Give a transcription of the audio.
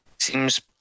seems